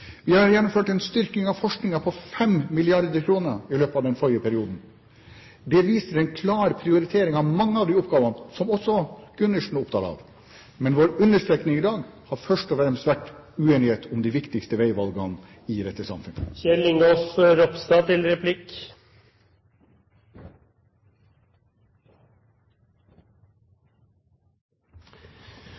Vi har gjennomført en styrking av forskningen på 5 mrd. kr i løpet av den forrige perioden. Dette viser en klar prioritering av mange av de oppgavene som også Gundersen er opptatt av. Men vår understreking i dag har først og fremst vært uenighet om de viktigste veivalgene i dette